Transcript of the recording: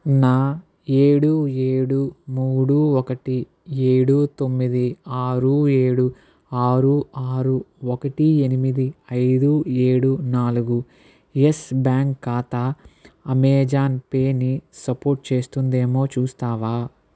నా ఏడు ఏడు మూడు ఒకటి ఏడు తొమ్మిది ఆరు ఏడు ఆరు ఆరు ఒకటి ఎనిమిది ఐదు ఏడు నాలుగు యెస్ బ్యాంక్ ఖాతా అమెజాన్ పే ని సపోర్టు చేస్తుందేమో చూస్తావా